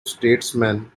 statesman